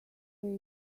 way